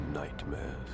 Nightmares